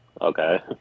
Okay